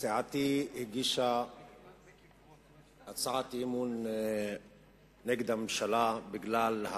סיעתי הגישה הצעת אי-אמון נגד הממשלה בגלל,